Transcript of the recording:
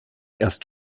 erst